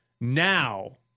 Now